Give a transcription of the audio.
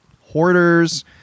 hoarders